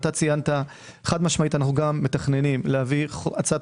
חד משמעית אנו גם מתכננים להביא הצעת